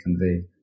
convey